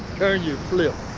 turn you flips.